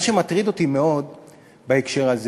מה שמטריד אותי מאוד בהקשר הזה